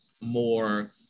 more